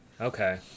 Okay